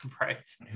Right